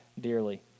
dearly